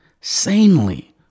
sanely